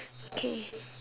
okay